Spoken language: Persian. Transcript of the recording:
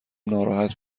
ناراحت